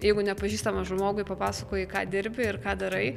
jeigu nepažįstamam žmogui papasakoji ką dirbi ir ką darai